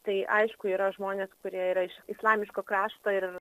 tai aišku yra žmonės kurie yra iš islamiško krašto ir